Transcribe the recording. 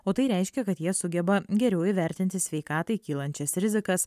o tai reiškia kad jie sugeba geriau įvertinti sveikatai kylančias rizikas